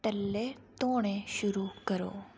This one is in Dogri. टल्ले धोने शुरू करो